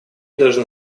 должны